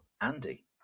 andy